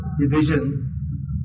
division